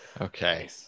Okay